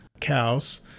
cows